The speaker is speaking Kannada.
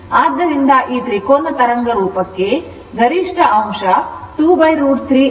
ಆದ್ದರಿಂದ ಈ ತ್ರಿಕೋನ ತರಂಗ ರೂಪಕ್ಕೆ ಗರಿಷ್ಠ ಅಂಶ 2 √3 ಸಿಗುತ್ತದೆ